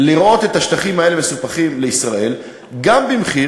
לראות את השטחים האלה מסופחים לישראל גם במחיר,